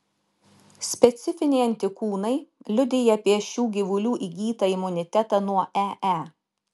specifiniai antikūnai liudija apie šių gyvulių įgytą imunitetą nuo ee